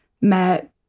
met